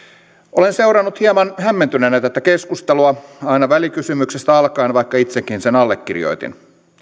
olen seurannut hieman hämmentyneenä tätä keskustelua aina välikysymyksestä alkaen vaikka itsekin sen allekirjoitin